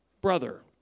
brother